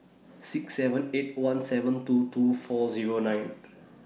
six seven eight one seven two two four Zero nine